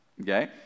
Okay